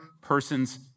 person's